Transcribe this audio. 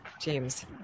James